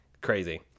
Crazy